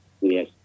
Yes